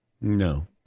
No